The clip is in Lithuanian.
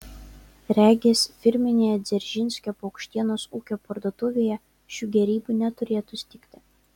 regis firminėje dzeržinskio paukštienos ūkio parduotuvėje šių gėrybių neturėtų stigti